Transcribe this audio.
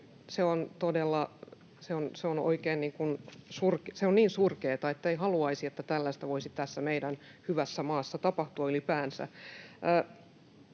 todella niin surkeata, ettei haluaisi, että tällaista voisi tässä meidän hyvässä maassa ylipäänsä